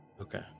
Okay